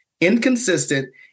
inconsistent